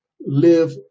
live